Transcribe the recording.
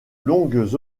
longues